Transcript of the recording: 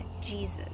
Jesus